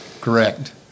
correct